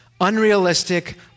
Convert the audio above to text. unrealistic